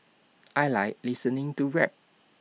I Like listening to rap